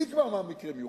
מי יקבע מהו מקרה מיוחד?